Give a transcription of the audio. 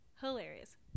hilarious